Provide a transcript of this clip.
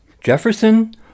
Jefferson